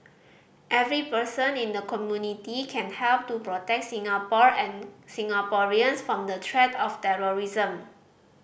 every person in the community can help to protect Singapore and Singaporeans from the threat of terrorism